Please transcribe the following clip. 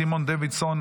סימון דוידסון,